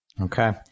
Okay